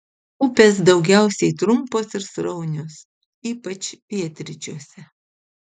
upės daugiausiai trumpos ir sraunios ypač pietryčiuose